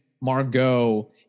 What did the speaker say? Margot